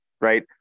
right